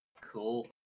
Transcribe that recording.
Cool